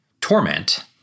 torment